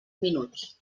minuts